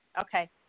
Okay